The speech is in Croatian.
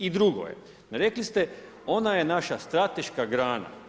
I drugo, rekli ste, ona je naša strateška grana.